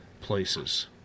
places